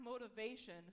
motivation